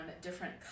different